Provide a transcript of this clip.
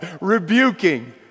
Rebuking